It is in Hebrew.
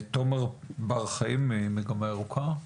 תומר בן חיים ממגמה ירוקה.